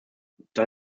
das